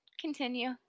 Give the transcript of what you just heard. Continue